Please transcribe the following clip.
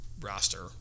roster